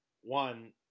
one